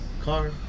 Car